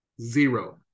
zero